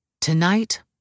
Tonight